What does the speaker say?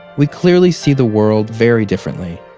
we clearly see the world very differently.